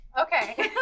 okay